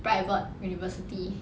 private university